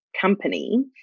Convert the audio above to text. company